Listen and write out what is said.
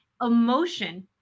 Emotion